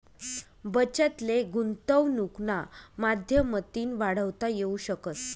बचत ले गुंतवनुकना माध्यमतीन वाढवता येवू शकस